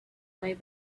way